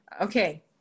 Okay